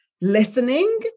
listening